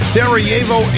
Sarajevo